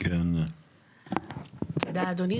תודה אדוני.